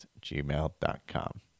gmail.com